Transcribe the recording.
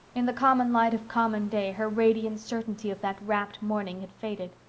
in the common light of common day her radiant certainty of that rapt morning had faded.